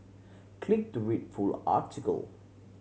click to read full article